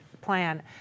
plan